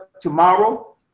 tomorrow